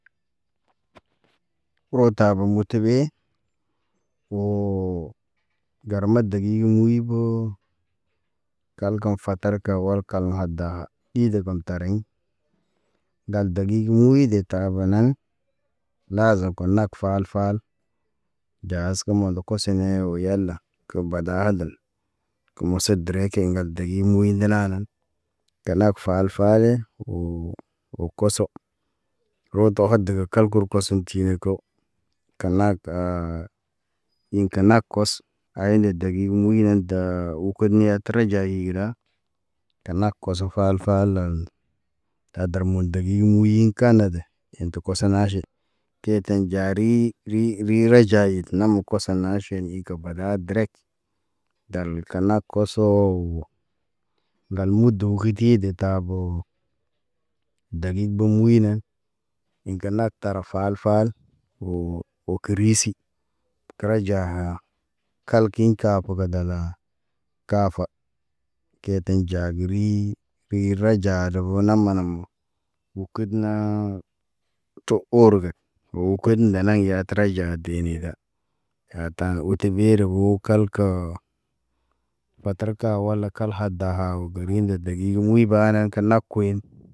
Rota ɓo moto we, wo gar ma dagig muy ɓo kalkaŋ fatarka walka aŋ da ɗi de kuntarḛŋ. Gal dagig muy de tabanen, laza ko nak fal- fal, jaz gə mondo koso ne o yala. Ke bada hadal, ke mused dereke ŋgal degig muy də nanen, ke lak fal fale, o koso, rodo had gə kalko korsem tine ko, kenag taa. Ḭ ke nak kɔs, a yene dagig muy ne da u kud nya tra igra, te nak kɔs fal- falen. Ta dar mu dagig muy kane de, ḭ te kɔsɔ naʃet, te eten njari, ri re jayid, na mo koso naʃen i gə bada derek. Dal kana koso we ŋgal mudu ke di de tabo, dagig ɓo muynen ḭ gə nak tara fal- fal. O, o ke risi, kra jaha kalkiŋ ka koga dala, kafa ketḛ ja gə ri. Ri ray de vo na nanem, u ked na to orgə, o ked ndenay ya tra ja deni da. Ya ta ote ɓe leho kalka, batar ka wala kal ha daa o geriŋ dedeŋ, degig muy ɓanen ke na koyen.